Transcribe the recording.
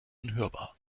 unhörbar